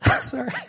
Sorry